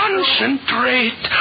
Concentrate